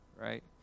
right